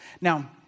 Now